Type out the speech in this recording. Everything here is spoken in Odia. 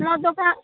ମୋ ଦୋକାନ